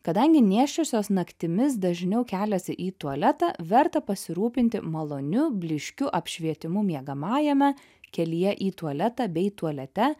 kadangi nėščiosios naktimis dažniau keliasi į tualetą verta pasirūpinti maloniu blyškiu apšvietimu miegamajame kelyje į tualetą bei tualete